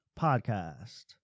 Podcast